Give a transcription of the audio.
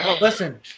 Listen